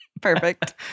Perfect